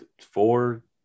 Four